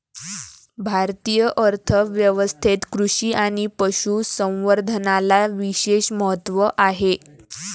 भारतीय अर्थ व्यवस्थेत कृषी आणि पशु संवर्धनाला विशेष महत्त्व आहे